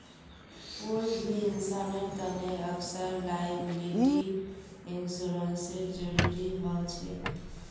कोई भी इंसानेर तने अक्सर लॉयबिलटी इंश्योरेंसेर जरूरी ह छेक